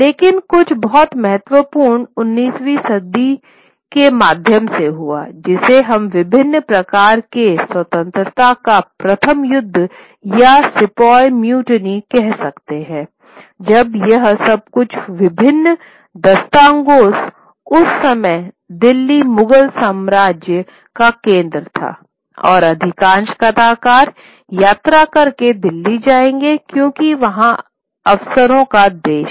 लेकिन कुछ बहुत महत्वपूर्ण उन्नीसवीं सदी के मध्य में हुआ जिसे हम विभिन्न प्रकार से स्वतंत्रता का प्रथम युद्ध या सिपोय म्युटिनी कह सकते हैं जब यह सब हुआ विभिन्न दास्तानगो उस समय दिल्ली मुगल साम्राज्य का केंद्र था और अधिकांश कथाकार यात्रा करने दिल्ली जाएंगे क्योंकि यह अवसरों का देश है